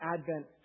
Advent